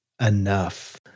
enough